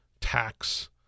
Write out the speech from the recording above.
tax